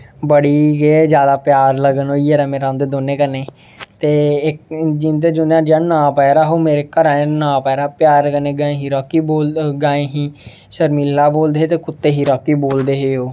बड़ी गै जादा प्यार लगन होई गेदा मेरा उं'दे दौनें कन्नै ते जि'न्ने जु'न्ने नांऽ पाए दा हा ओह् मेरा घरे आह्ले नांऽ पाए दा हा प्यार कन्नै गाईं गी राॅकी बोलदे गाईं ही शर्मिला बोलदे हे ते कुत्ते गी राॅकी बोलदे हे ओह्